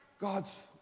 God's